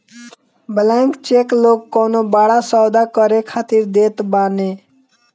blank cheque लोग कवनो बड़ा सौदा करे खातिर देत बाने